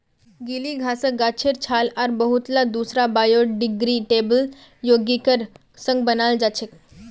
गीली घासक गाछेर छाल आर बहुतला दूसरा बायोडिग्रेडेबल यौगिकेर संग बनाल जा छेक